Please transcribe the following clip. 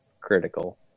critical